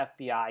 FBI